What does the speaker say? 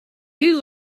you